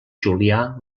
julià